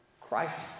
Christ